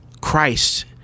Christ